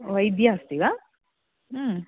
वैद्या अस्ति वा